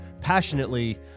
passionately